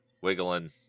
wiggling